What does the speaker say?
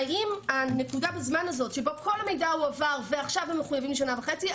האם נקודת הזמן הזו שבה כל המידע הועבר ועכשיו הם מחויבים לשנה וחצי,